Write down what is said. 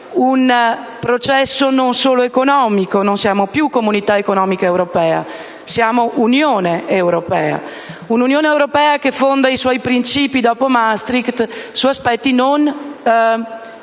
un processo non solo economico. Non siamo più Comunità economica europea, ma Unione europea: un'Unione che fonda i suoi principi, dopo Maastricht, su aspetti